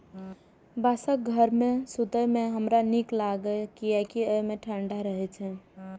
बांसक घर मे सुतै मे हमरा नीक लागैए, कियैकि ई ठंढा रहै छै